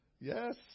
Yes